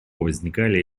возникали